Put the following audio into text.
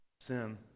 sin